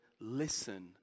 listen